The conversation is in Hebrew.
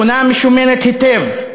מכונה משומנת היטב,